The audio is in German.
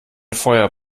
feuer